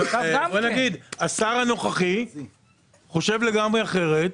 השר הנוכחי חושב לגמרי אחרת.